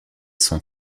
sont